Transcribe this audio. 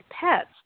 pets